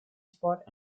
spot